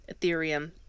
Ethereum